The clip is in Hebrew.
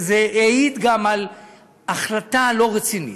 זה העיד גם על החלטה לא רצינית.